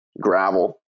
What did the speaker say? gravel